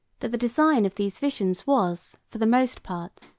that the design of these visions was, for the most part,